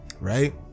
right